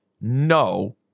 No